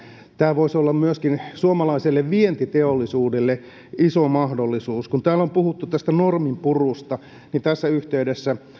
tämä voisi olla myöskin suomalaiselle vientiteollisuudelle iso mahdollisuus kun täällä on puhuttu tästä norminpurusta niin tässä yhteydessä